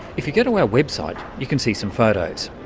if you go to our website you can see some photos.